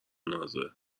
نازه